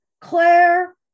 Claire